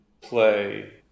play